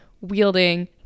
wielding